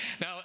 Now